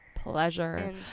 Pleasure